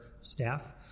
staff